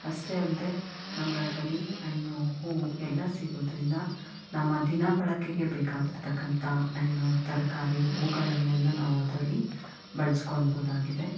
ಅಷ್ಟೇ ಅಲ್ಲದೆ ನಮಗದ್ರಲ್ಲಿ ಹಣ್ಣು ಹೂವು ಎಲ್ಲ ಸಿಗೋದರಿಂದ ನಮ್ಮ ದಿನಬಳಕೆಗೆ ಬೇಕಾಗಿರ್ತಕ್ಕಂಥ ಹಣ್ಣು ತರಕಾರಿ ಹೂಗಳನ್ನೆಲ್ಲ ನಾವು ಅದರಲ್ಲಿ ಬಳ್ಸಕೊಳ್ಬೋದಾಗಿದೆ